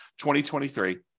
2023